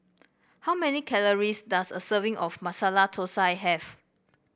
how many calories does a serving of Masala Thosai have